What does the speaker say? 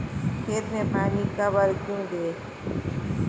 खेत में पानी कब और क्यों दें?